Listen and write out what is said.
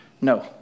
No